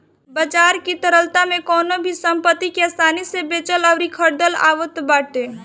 बाजार की तरलता में कवनो भी संपत्ति के आसानी से बेचल अउरी खरीदल आवत बाटे